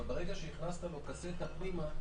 אבל ברגע שהכנסת לו קסטה פנימה,